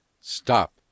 STOP